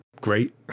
great